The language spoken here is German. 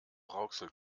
rauxel